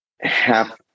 half